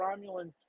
Romulan